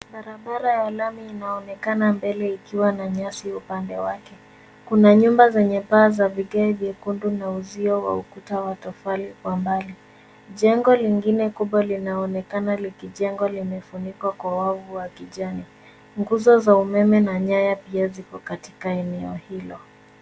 Barabara ya lami inaonekana mbele ikiwa na nyasi upande wake. Kuna nyumba zenye paa za vigae vyekundu na uzio wa ukuta wa tofali kwa mbali. Jengo lingine kubwa linaonekana likijengwa limefunikwa kwa wavu wa kijani. Nguzo za umeme na nyaya pia ziko katika eneo hilo.